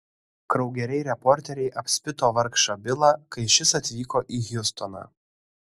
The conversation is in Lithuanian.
kraugeriai reporteriai apspito vargšą bilą kai šis atvyko į hjustoną